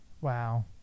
Wow